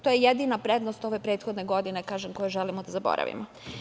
To je jedina prednost ove prethodne godine, kažem, koju želimo da zaboravimo.